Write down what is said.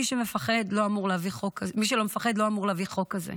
מי שלא מפחד לא אמור להביא חוק כזה,